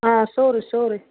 آ سورُے سورُے